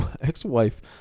ex-wife